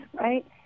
right